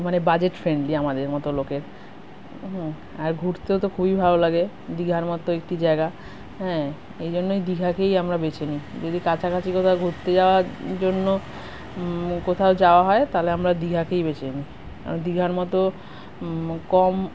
মানে budget friendly আমাদের মতো লোকের আর ঘুরতে তো খুবই ভালো লাগে দীঘার মতো একটি জায়গা হ্যাঁ এই জন্যেই দীঘাকেই আমরা বেছে নিই যদি কাছাকাছি কোথাও ঘুরতে যাওয়ার জন্য কোথাও যাওয়া হয় তাহলে আমরা দীঘাকেই বেছে নিই আর দীঘার মতো কম